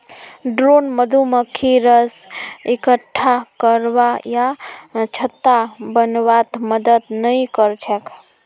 drone मधुमक्खी रस इक्कठा करवा या छत्ता बनव्वात मदद नइ कर छेक